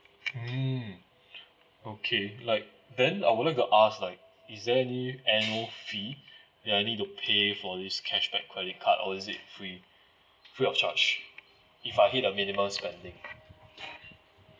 mm okay like then I would like to ask like is there any annual fee ya I need to pay for this cashback credit card or is it free free of charge if I hit a minimum spending